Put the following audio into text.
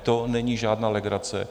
To není žádná legrace.